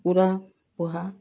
পুৰা পঢ়া